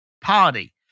party